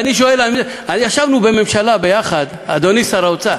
ישבנו בממשלה ביחד, אדוני שר האוצר,